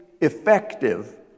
effective